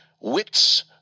wits